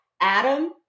adam